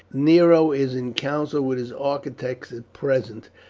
nero is in council with his architects at present.